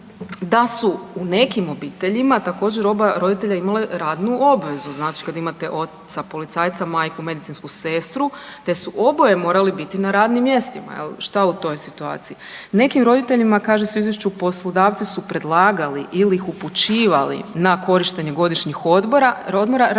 da su u nekim obiteljima također oba roditelja imala radnu obvezu, znači kad imate oca policajca, majku medicinsku sestru te su oboje morali biti na radnim mjestima jel, šta u toj situaciji? Nekim roditeljima kaže se u izvješću poslodavci su predlagali ili ih upućivali na korištenje godišnjih odmora radi skrbi